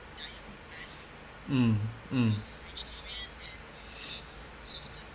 mm mm